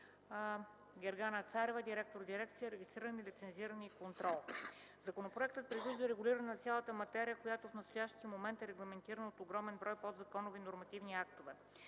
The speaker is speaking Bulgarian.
Гергана Царева – директор на дирекция „Регистриране, лицензиране и контрол”. Законопроектът предвижда регулиране на цялата материя, която в настоящия момент е регламентирана от огромен брой подзаконови нормативни актове.